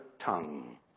tongue